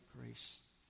grace